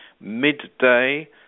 midday